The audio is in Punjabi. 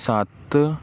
ਸੱਤ